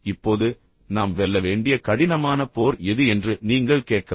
இப்போது நாம் வெல்ல வேண்டிய கடினமான போர் எது என்று நீங்கள் கேட்கலாம்